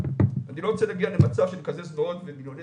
אני לא רוצה להגיע למצב של לקזז מאות ומיליוני